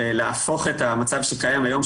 להפוך את המצב שקיים היום,